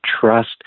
trust